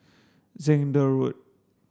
Zehnder Road